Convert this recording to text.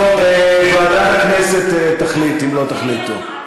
טוב, ועדת הכנסת תחליט, אם לא תחליטו.